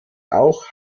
auch